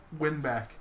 Winback